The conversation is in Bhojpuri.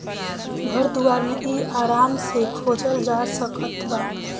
घर दुआर मे इ आराम से खोजल जा सकत बा